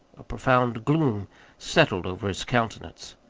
a profound gloom settled over his countenance.